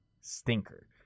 stinker